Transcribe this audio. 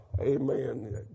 Amen